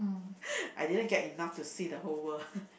I didn't get enough to see the whole world